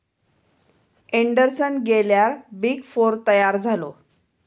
Anderson गेल्यार big four तयार झालो